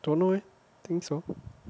don't know leh think so